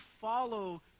follow